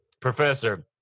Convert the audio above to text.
professor